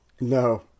No